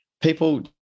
people